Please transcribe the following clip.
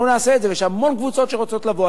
אנחנו נעשה את זה, ויש המון קבוצות שרוצות לבוא.